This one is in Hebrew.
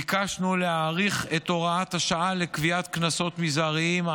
ביקשנו להאריך את הוראת השעה לקביעת קנסות מזעריים.